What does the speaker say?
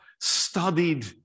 studied